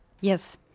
Yes